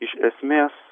iš esmės